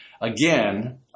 Again